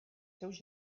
seus